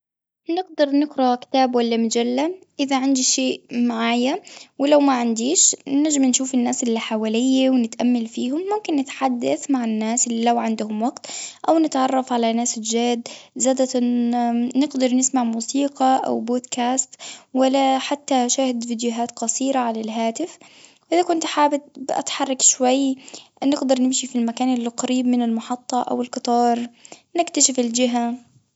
نقدر نقرأ كتاب ولا مجلة إذا عندي شيء معين ولو ما عنديش نجم نشوف الناس اللي حواليا ونتأمل فيهم ممكن نتحدث مع الناس اللي لو عندهم وقت، أو نتعرف على ناس جداد، زادت نقدر نسمع موسيقى أو بودكاست والا حتى نشاهد فيديوهات قصيرة على الهاتف، إذا كنت حابب اتحرك شوي نقدر نمشي في المكان اللي قريب من المحطة أو القطار، نكتشف الجهة.